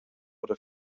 oder